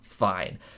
fine